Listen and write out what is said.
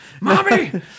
mommy